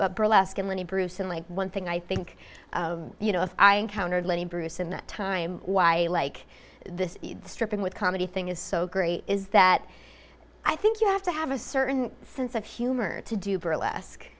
burlesque and lenny bruce and like one thing i think you know if i encountered lenny bruce in that time why like this stripping with comedy thing is so great is that i think you have to have a certain sense of humor to do burlesque